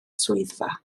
swyddfa